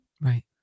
Right